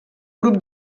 grup